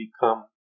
become